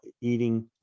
eating